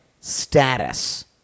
status